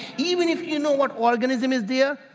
even if you know what organism is there,